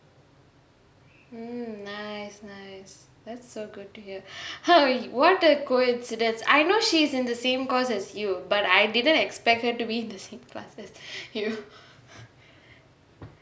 mm nice nice that's so good to hear ah what a coincidence I know she's in the same course as you but I didn't expect her to be the same class as you